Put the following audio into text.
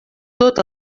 tot